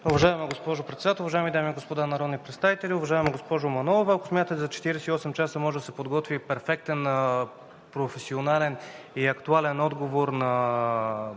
Уважаема госпожо Председател, уважаеми дами и господа народни представители! Уважаема госпожо Манолова, ако смятате, че за 48 часа може да се подготви перфектен, професионален и актуален отговор на